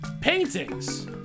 paintings